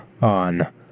on